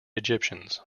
egyptians